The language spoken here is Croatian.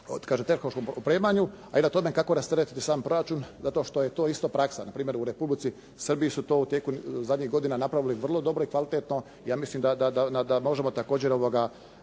i tehnološkom opremanju, a i na tome kako rasteretiti sam proračun zato što je to isto praksa. Na primjer, u Republici Srbiji su to u tijeku zadnjih godina napravili vrlo dobro i kvalitetno. Ja mislim da možemo također sa